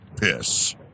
piss